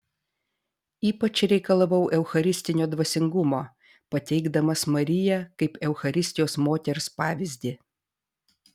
ypač reikalavau eucharistinio dvasingumo pateikdamas mariją kaip eucharistijos moters pavyzdį